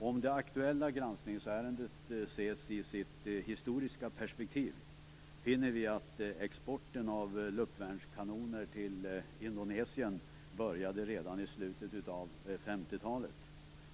Om det aktuella granskningsärendet ses i sitt historiska perspektiv finner vi att exporten av luftvärnskanoner till Indonesien började redan i slutet av 50 talet.